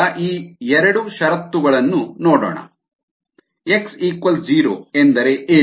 ಈಗ ಈ ಎರಡು ಷರತ್ತುಗಳನ್ನು ನೋಡೋಣ x 0 ಎಂದರೆ ಏನು